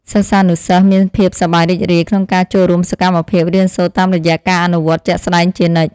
សិស្សានុសិស្សមានភាពសប្បាយរីករាយក្នុងការចូលរួមសកម្មភាពរៀនសូត្រតាមរយៈការអនុវត្តជាក់ស្តែងជានិច្ច។